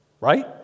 Right